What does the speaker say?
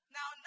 Now